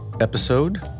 episode